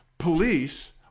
police